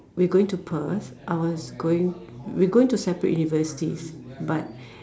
we going to Perth I was going we were going to separate universities but